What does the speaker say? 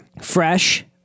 Fresh